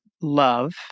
love